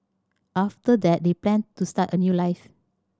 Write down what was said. after that they planned to start a new life